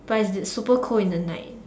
but its super cold in the night